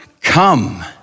come